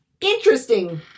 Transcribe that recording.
interesting